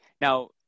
now